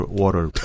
water